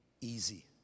easy